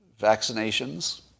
vaccinations